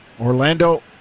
Orlando